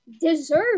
deserve